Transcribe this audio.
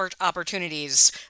opportunities